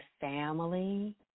family